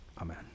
Amen